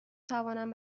توانم